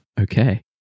Okay